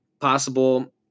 Possible